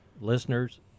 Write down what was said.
listeners